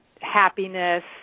happiness